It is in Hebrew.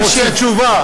הרי אתה רוצה תשובה.